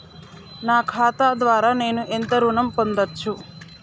నా ఖాతా ద్వారా నేను ఎంత ఋణం పొందచ్చు?